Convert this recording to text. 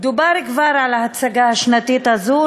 דובר כבר על ההצגה השנתית הזאת,